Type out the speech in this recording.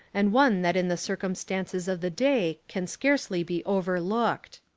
and one that in the circum stances of the day can scarcely be overlooked.